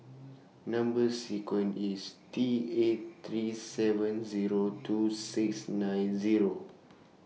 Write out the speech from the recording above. Number sequence IS T eight three seven Zero two six nine Zero